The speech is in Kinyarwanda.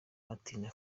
ati